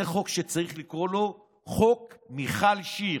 זה חוק שצריך לקרוא לו "חוק מיכל שיר".